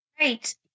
right